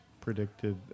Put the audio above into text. predicted